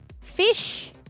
Fish